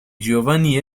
giovanni